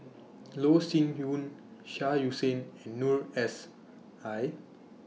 Loh Sin Yun Shah Hussain and Noor S I